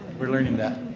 we are learning that.